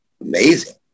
Amazing